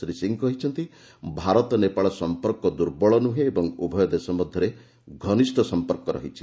ଶ୍ରୀ ସିଂହ କହିଛନ୍ତି ଭାରତ ନେପାଳ ସମ୍ପର୍କ ଦୂର୍ବଳ ନୁହେଁ ଓ ଉଭୟ ଦେଶ ମଧ୍ୟରେ ଘନିଷ୍ଠ ସମ୍ପର୍କ ରହିଛି